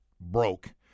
broke